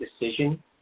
decision